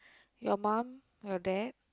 your mum your dad